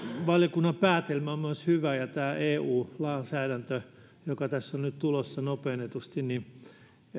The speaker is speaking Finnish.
valiokunnan päätelmä on myös hyvä ja tämä eu lainsäädäntö joka tässä on nyt tulossa nopeutetusti